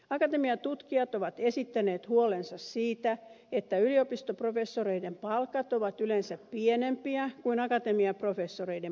akatemiatutkijat ovat esittäneet huolensa siitä että yliopistoprofessoreiden palkat ovat yleensä pienempiä kuin akatemiaprofessoreiden palkat